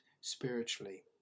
spiritually